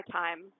time